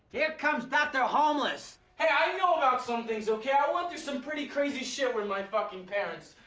here comes doctor homeless. hey, i know about some things, okay. i went through some pretty crazy shit with my fucking parents.